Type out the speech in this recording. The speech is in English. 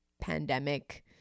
pandemic